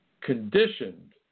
conditioned